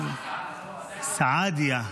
סעדה.